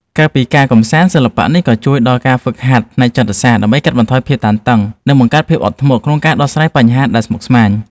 ក្រៅពីការកម្សាន្ត សិល្បៈនេះក៏ជួយដល់ការហ្វឹកហាត់ផ្នែកចិត្តសាស្ត្រ ដើម្បីកាត់បន្ថយភាពតានតឹង និងបង្កើនភាពអត់ធ្មត់នៅក្នុងការដោះស្រាយបញ្ហាដែលស្មុគស្មាញ។